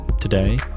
Today